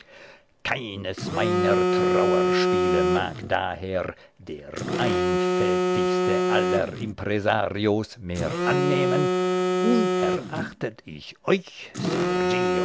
keines meiner trauerspiele mag daher der einfältigste aller impresarios mehr annehmen unerachtet ich euch